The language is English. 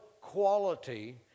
quality